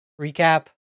recap